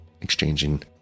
exchanging